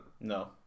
No